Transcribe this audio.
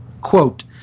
Quote